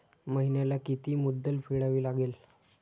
महिन्याला किती मुद्दल फेडावी लागेल?